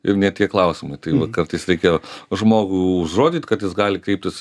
ir ne tie klausimai tai va kartais reikia žmogų užrodyt kad jis gali kreiptis